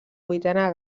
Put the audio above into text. vuitena